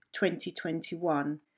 2021